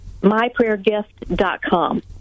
MyPrayerGift.com